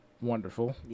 wonderful